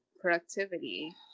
productivity